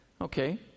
Okay